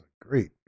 great